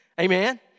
Amen